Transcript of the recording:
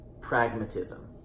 pragmatism